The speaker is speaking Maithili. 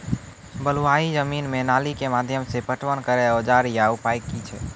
बलूआही जमीन मे नाली के माध्यम से पटवन करै औजार या उपाय की छै?